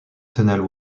tunnel